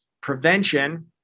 prevention